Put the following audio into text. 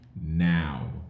now